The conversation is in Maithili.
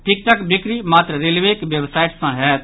टिकटक बिक्री मात्र रेलवेक वेबसाइट सँ होयत